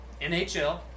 NHL